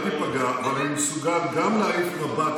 אבל אני מסוגל גם להעיף מבט,